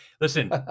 listen